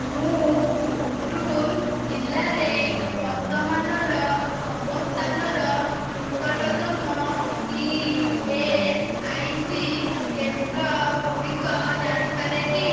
ମୁଁ ଉଖ୍ରୁଲ୍ ଜିଲ୍ଲାରେ ବର୍ତ୍ତମାନର ଅବସ୍ଥାନର ନିକଟତମ ଇ ଏସ୍ ଆଇ ସି କେନ୍ଦ୍ରଗୁଡ଼ିକ ଜାଣିପାରେ କି